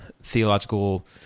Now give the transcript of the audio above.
theological